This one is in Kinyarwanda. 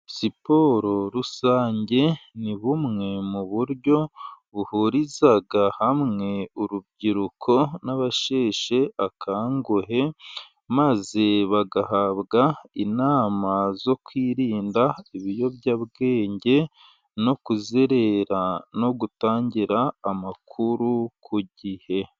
Siporo rusange ni bumwe mu buryo, buhuriza hamwe urubyiruko n'abasheshe akanguhe, maze bagahabwa inama yo kwirinda ibiyobyabwenge , no kuzerera, no gutangira amakuru ku gihe.